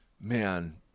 man